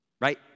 Right